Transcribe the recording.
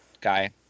guy